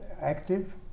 active